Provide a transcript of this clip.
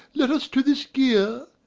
let us to this gear.